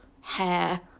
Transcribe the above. hair